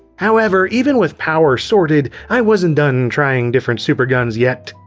however, even with power sorted i wasn't done trying different superguns yet.